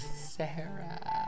sarah